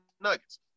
Nuggets